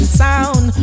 sound